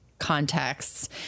contexts